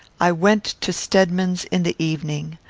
i went to stedman's in the evening.